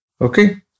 Okay